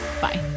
Bye